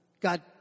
God